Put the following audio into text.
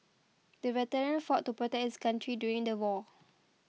the veteran fought to protect his country during the war